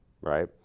right